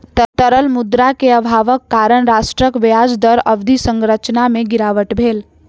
तरल मुद्रा के अभावक कारण राष्ट्रक ब्याज दर अवधि संरचना में गिरावट भेल